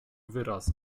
wyrazu